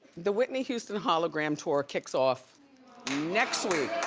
the whitney houston hologram tour kicks off next week.